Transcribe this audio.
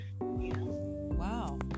Wow